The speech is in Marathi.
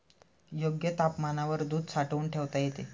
योग्य तापमानावर दूध साठवून ठेवता येते